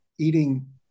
eating